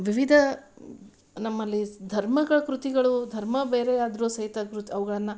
ವಿವಿಧ ನಮ್ಮಲ್ಲಿ ಧರ್ಮಗಳು ಕೃತಿಗಳು ಧರ್ಮ ಬೇರೆಯಾದರು ಸಹಿತ ಕೃತಿ ಅವುಗಳನ್ನ